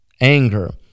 anger